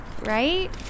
right